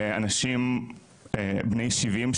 אנשים בני 70,